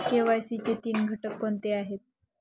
KYC चे तीन घटक कोणते आहेत?